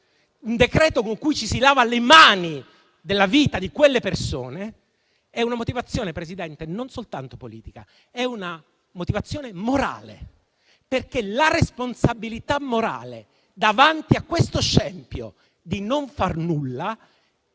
un decreto con cui ci si lava le mani della vita di quelle persone, è una motivazione, Presidente, non soltanto politica, ma morale. Perché la responsabilità morale davanti a questo scempio di non far nulla